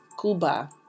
Cuba